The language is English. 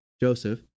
Joseph